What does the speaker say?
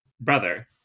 brother